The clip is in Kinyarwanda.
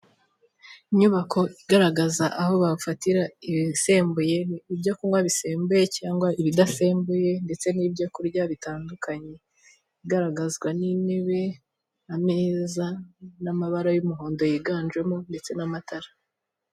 Inyubako igaragaza aho bafatira ibisembuye, ibyo kunywa bisembuye cyangwa ibidasembuye ndetse n'ibyo kurya bitandukanye, igaragazwa n'intebe, ameza n'amabara y'umuhondo yiganjemo ndetse n'amatara.